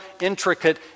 intricate